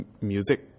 music